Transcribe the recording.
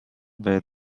where